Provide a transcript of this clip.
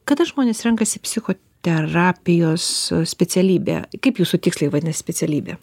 kada žmonės renkasi psichoterapijos specialybę kaip jūsų tiksliai vadinasi specialybė